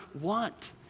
want